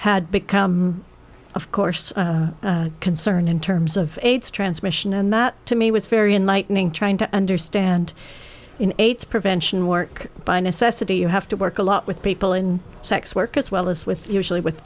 had become of course concerned in terms of aids transmission and that to me was very enlightening trying to understand aids prevention work by necessity you have to work a lot with people in sex work as well as with usually with